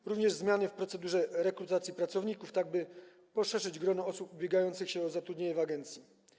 Są również zmiany w procedurze rekrutacji pracowników, tak by poszerzyć grono osób ubiegających się o zatrudnienie w agencji.